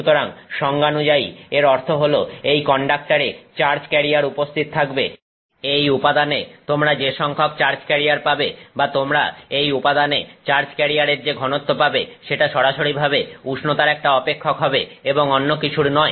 সুতরাং সংজ্ঞানুযায়ী এর অর্থ হলো এই কন্ডাক্টর এ চার্জ কেরিয়ার উপস্থিত থাকবে এই উপাদানে তোমরা যে সংখ্যক চার্জ কেরিয়ার পাবে বা তোমরা এই উপাদানে চার্জ কেরিয়ারের যে ঘনত্ব পাবে সেটা সরাসরিভাবে উষ্ণতার একটা অপেক্ষক হবে এবং অন্যকিছুর নয়